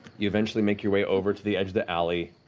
you eventually make your way over to the edge of the alley,